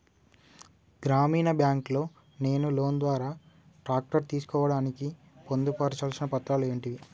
గ్రామీణ బ్యాంక్ లో నేను లోన్ ద్వారా ట్రాక్టర్ తీసుకోవడానికి పొందు పర్చాల్సిన పత్రాలు ఏంటివి?